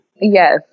Yes